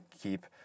keep